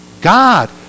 God